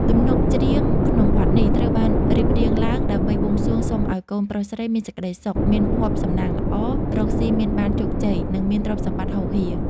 ទំនុកច្រៀងក្នុងបទនេះត្រូវបានរៀបរៀងឡើងដើម្បីបួងសួងសុំឱ្យកូនប្រុសស្រីមានសេចក្តីសុខ មានភ័ព្វសំណាងល្អ រកស៊ីមានបានជោគជ័យ និងមានទ្រព្យសម្បត្តិហូរហៀរ។